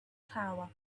tower